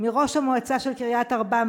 מראש המועצה של קריית-ארבע,